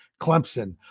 Clemson